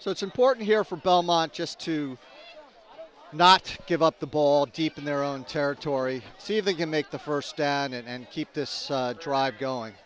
so it's important here for belmont just to not give up the ball deep in their own territory see if they can make the first down and keep this drive going